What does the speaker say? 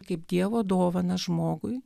kaip dievo dovaną žmogui